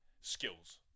skills